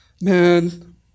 man